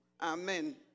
Amen